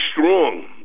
strong